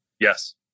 Yes